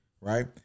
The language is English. right